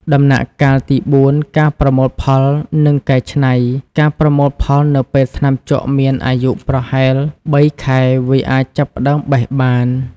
ដំណាក់កាលទី ៤ ការប្រមូលផល និងកែច្នៃ ការប្រមូលផល នៅពេលថ្នាំជក់មានអាយុប្រហែល ៣ ខែ វាអាចចាប់ផ្ដើមបេះបាន។